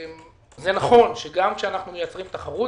נכון שגם כשאנחנו מייצרים תחרות,